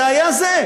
זה היה זה.